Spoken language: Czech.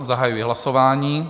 Zahajuji hlasování.